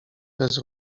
bez